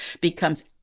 becomes